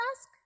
ask